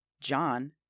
John